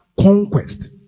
conquest